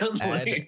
Add